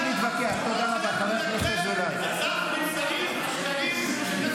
אתה צריך להבין שחבר כנסת יכול להגיד כל עמדה פוליטית שהוא רואה אותה.